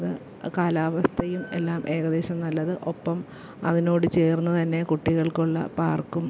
കാലാവസ്ഥയും എല്ലാം ഏകദേശം നല്ലത് ഒപ്പം അതിനോട് ചേർന്നുതന്നെ കുട്ടികൾക്കുള്ള പാർക്കും